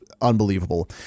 unbelievable